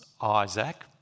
Isaac